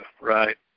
right